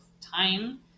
time